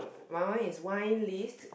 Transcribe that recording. my one is wine list